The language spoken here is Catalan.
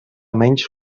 menys